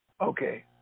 Okay